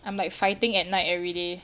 I'm like fighting at night everyday